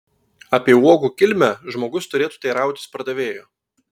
apie uogų kilmę žmogus turėtų teirautis pardavėjo